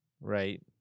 right